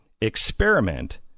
experiment